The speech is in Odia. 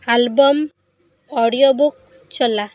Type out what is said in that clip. ଆଲବମ୍ ଅଡ଼ିଓ ବୁକ୍ ଚଲା